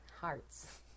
hearts